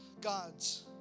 God's